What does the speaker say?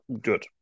good